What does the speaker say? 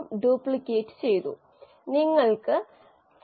അവ ഈ ബയോ റിയാക്ടറുകൾ തന്നെ അല്പം വ്യത്യസ്തമായി കാണപ്പെടാം